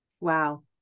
Wow